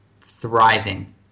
thriving